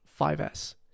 5S